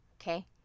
okay